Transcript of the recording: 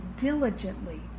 diligently